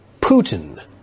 Putin